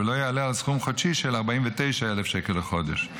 ולא יעלה על סכום חודשי של כ-49,000 שקל לחודש.